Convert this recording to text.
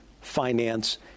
finance